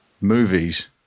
movies